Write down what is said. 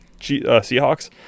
Seahawks